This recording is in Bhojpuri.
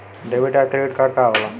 डेबिट या क्रेडिट कार्ड का होला?